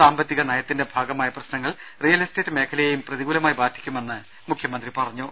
സാമ്പത്തിക നയത്തിന്റെ ഭാഗമായ പ്രശ്നങ്ങൾ റിയൽ എസ്റ്റേറ്റ് മേഖലയേയും പ്രതികൂലമായി ബാധി ക്കുമെന്ന് മുഖ്യമന്ത്രി പറഞ്ഞു